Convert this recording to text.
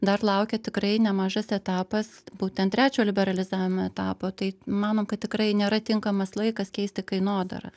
dar laukia tikrai nemažas etapas būtent trečio liberalizavimo etapo tai manom kad tikrai nėra tinkamas laikas keisti kainodarą